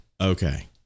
okay